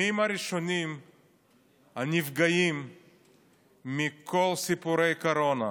מיהם הראשונים הנפגעים מכל סיפורי הקורונה?